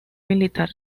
militar